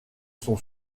son